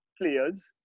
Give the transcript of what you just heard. players